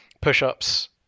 push-ups